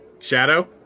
Shadow